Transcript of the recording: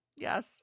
yes